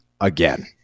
again